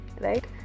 right